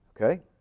Okay